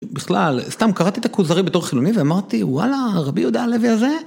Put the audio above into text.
בכלל, סתם קראתי את הכוזרים בתור חילוני ואמרתי וואלה, רבי יהודה הלוי הזה